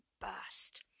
burst